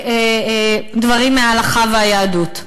דברים מההלכה והיהדות.